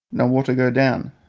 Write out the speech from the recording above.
no water go down,